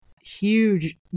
huge